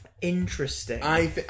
interesting